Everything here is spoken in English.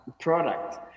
product